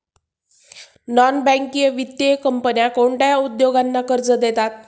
Non banking वित्तीय कंपन्या कोणत्या उद्योगांना कर्ज देतात?